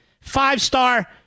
five-star